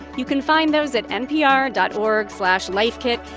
you can find those at npr dot org slash lifekit.